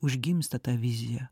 užgimsta ta vizija